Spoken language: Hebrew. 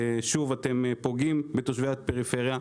שוב, אתם פוגעים בתושבי הפריפריה.